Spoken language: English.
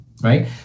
Right